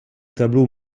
tableaux